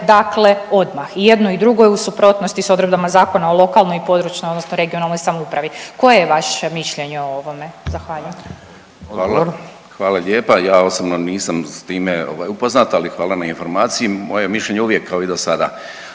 dakle odmah. I jedno i drugo je u suprotnosti s odredbama Zakona o lokalnoj i područnoj (regionalnoj) samoupravi. Koje je vaše mišljenje o ovome? Zahvaljujem. **Radin, Furio (Nezavisni)** Odgovor. **Zrinušić, Zdravko** Hvala lijepa. Ja osobni nisam s time upoznat, ali hvala na informaciji. Moje je mišljenje uvijek kao i do sada,